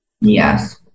Yes